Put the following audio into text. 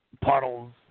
Puddles